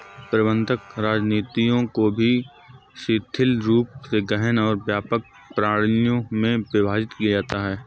प्रबंधन रणनीतियों को भी शिथिल रूप से गहन और व्यापक प्रणालियों में विभाजित किया जाता है